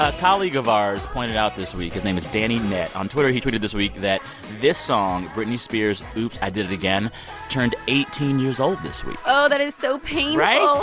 ah colleague of ours pointed out this week his name is danny nett. on twitter, he tweeted this week that this song britney spears' oops. i did it again turned eighteen years old this week oh, that is so painful right?